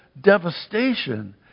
devastation